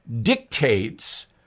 dictates